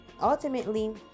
Ultimately